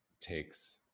takes